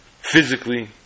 physically